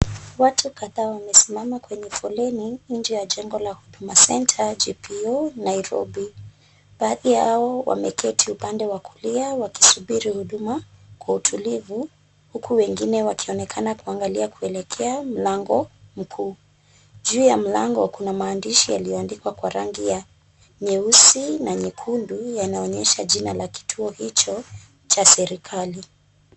Watu kadhaa wamesimama kwenye foleni nje ya jengo la Huduma Center, GPU, Nairobi. Baadhi yao wameketi upande wa kulia wakisubiri huduma kwa tulivu, huku wengine wakionekana kuangalia kuelekea mlango mkuu. Juu ya mlango kuna maandishi yaliyoandikwa kwa rangi ya nyeusi na nyekundu yanaonyesha jina la kituo hicho, cha serikali.